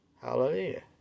Hallelujah